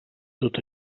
tot